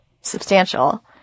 substantial